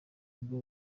ubwo